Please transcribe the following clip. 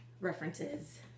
references